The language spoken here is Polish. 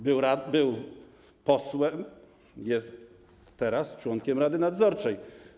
Był posłem, jest teraz członkiem rady nadzorczej.